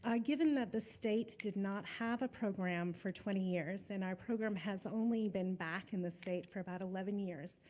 ah given that the state did not have the program for twenty years and our program has only been back in the state for about eleven years,